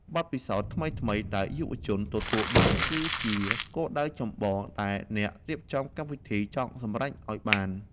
បទពិសោធន៍ថ្មីៗដែលយុវជនទទួលបានគឺជាគោលដៅចម្បងដែលអ្នករៀបចំកម្មវិធីចង់សម្រេចឱ្យបាន។